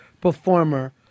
performer